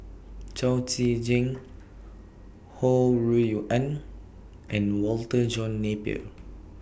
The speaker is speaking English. Chao Tzee Cheng Ho Rui An and Walter John Napier